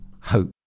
hope